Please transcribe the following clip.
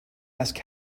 ask